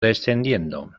descendiendo